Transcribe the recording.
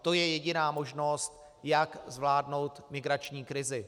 To je jediná možnost, jak zvládnout migrační krizi.